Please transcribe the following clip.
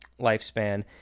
lifespan